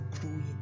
growing